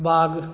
बाग